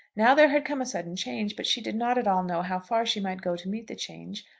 now there had come a sudden change but she did not at all know how far she might go to meet the change,